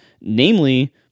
namely